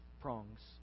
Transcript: prongs